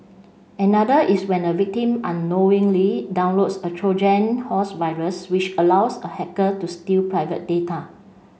another is when a victim unknowingly downloads a Trojan horse virus which allows a hacker to steal private data